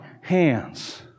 hands